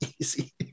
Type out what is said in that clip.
easy